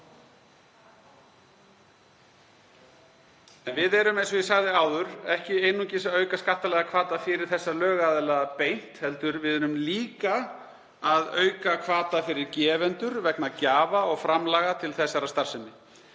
við erum, eins og ég sagði áður, ekki einungis að auka skattalega hvata fyrir þessa lögaðila beint heldur erum við líka að auka hvata fyrir gefendur vegna gjafa og framlaga til þessarar starfsemi.